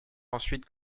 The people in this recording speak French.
ensuite